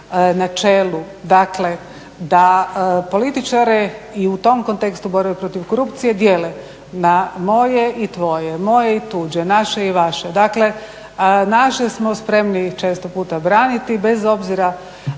dakle da političare i u tom kontekstu borbe protiv korupcije dijele na moje i tvoje, moje i tuđe, naše i vaše. Dakle, naše smo spremni često puta braniti bez obzira